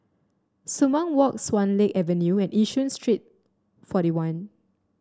Sumang Walk Swan Lake Avenue and Yishun Street Forty one